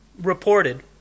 reported